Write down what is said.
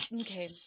Okay